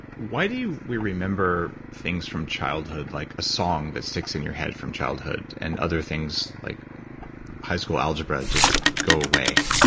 why do we remember things from childhood like a song that sticks in your head from childhood, and other things like high school algebra just go away?